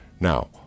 Now